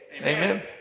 Amen